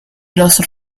los